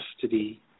custody